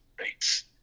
rates